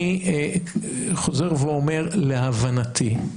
אני חוזר ואומר, להבנתי,